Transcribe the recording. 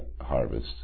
harvest